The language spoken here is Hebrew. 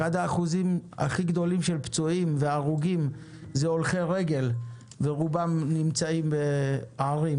האחוזים הכי גבוהים של פצועים והרוגים זה הולכי רגל ורובם נמצאים בערים,